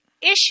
issue